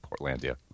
Portlandia